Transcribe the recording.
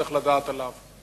צריך לדעת עליו.